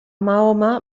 mahoma